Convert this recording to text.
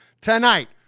Tonight